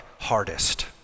hardest